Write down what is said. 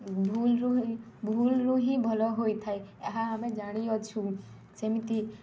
ଭୁଲ୍ରୁ ହିଁ ଭୁଲ୍ରୁ ହିଁ ଭଲ ହୋଇଥାଏ ଏହା ଆମେ ଜାଣିଅଛୁ ସେମିତି